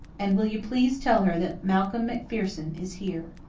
and will you please tell her that malcolm macpherson is here?